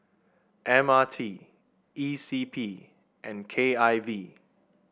M R T E C P and K I V